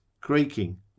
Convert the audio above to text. Creaking